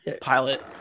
Pilot